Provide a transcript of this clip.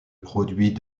produit